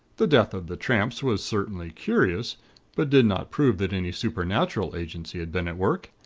the death of the tramps was certainly curious but did not prove that any supernatural agency had been at work.